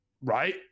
right